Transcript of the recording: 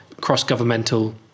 cross-governmental